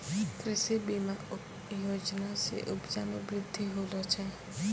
कृषि बीमा योजना से उपजा मे बृद्धि होलो छै